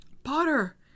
Potter